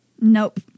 nope